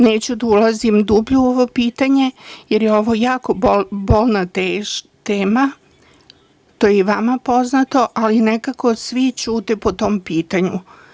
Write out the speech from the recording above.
Neću da ulazim dublje u ovo pitanje, jer je ovo jako bolna tema, to je i vama poznato, ali nekako svi ćute po tom pitanju.